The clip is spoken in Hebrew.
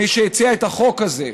מי שהציע את החוק הזה,